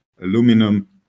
aluminum